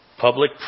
Public